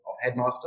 headmaster